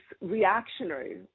reactionary